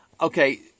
Okay